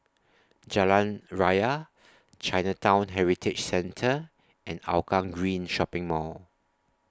Jalan Raya Chinatown Heritage Centre and Hougang Green Shopping Mall